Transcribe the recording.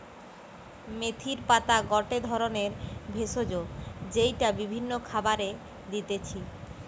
মেথির পাতা গটে ধরণের ভেষজ যেইটা বিভিন্ন খাবারে দিতেছি